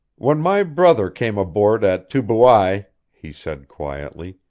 when my brother came aboard at tubuai, he said quietly,